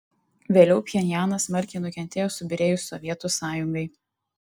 vėliau pchenjanas smarkiai nukentėjo subyrėjus sovietų sąjungai